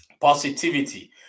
positivity